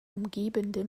umgebende